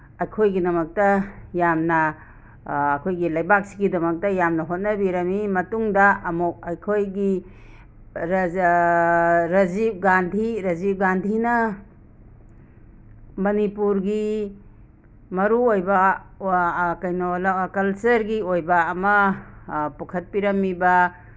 ꯑꯩꯈꯣꯏꯒꯤꯗꯃꯛꯇ ꯌꯥꯝꯅ ꯑꯩꯈꯣꯏꯒꯤ ꯂꯩꯕꯥꯛꯁꯤꯒꯤꯗꯃꯛꯇ ꯌꯥꯝꯅ ꯍꯣꯠꯅꯕꯤꯔꯅꯤ ꯃꯇꯨꯡꯗ ꯑꯃꯨꯛ ꯑꯩꯈꯣꯏꯒꯤ ꯔꯖꯤꯞ ꯒꯥꯟꯙꯤ ꯔꯖꯤꯞ ꯒꯥꯟꯙꯤꯅ ꯃꯅꯤꯄꯨꯔꯒꯤ ꯃꯔꯨꯑꯣꯏꯕ ꯀꯩꯅꯣ ꯀꯜꯆꯔꯒꯤ ꯑꯣꯏꯕ ꯑꯃ ꯄꯨꯈꯠꯄꯤꯔꯝꯃꯤꯕ